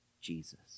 Jesus